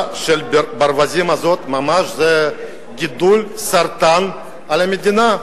הברווזים הזאת, זה ממש גידול סרטני במדינה.